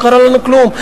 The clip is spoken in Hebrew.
לא קרה לנו כלום.